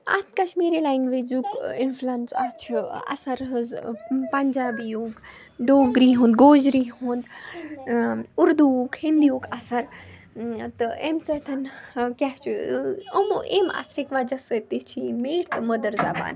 اَتھ کَشمیٖری لَنٛگویجُک اِنٛفٕلَنٕس اَتھ چھِ اثر حظ پنٛجابیٖیُک ڈوگری ہُنٛد گوجری ہُنٛد اُردُووُک ہِنٛدیٖیُک اثر تہٕ امہِ سۭتۍ کیٛاہ چھُ امہ اَثَرٕکۍ وجہ سۭتۍ تہِ چھِ یہِ میٖٹھ تہٕ مٔدٕر زبان